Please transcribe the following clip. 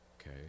okay